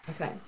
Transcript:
Okay